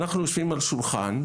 אנחנו יושבים אל שולחן,